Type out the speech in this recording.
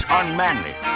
unmanly